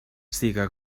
siga